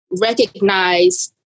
recognize